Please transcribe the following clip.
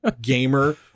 gamer